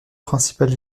principales